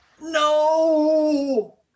no